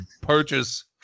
purchase